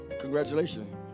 congratulations